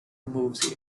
moves